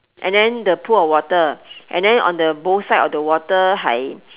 and then the pool of water and then on the both side of the water hai